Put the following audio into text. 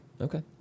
Okay